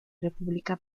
república